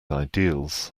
ideals